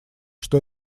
что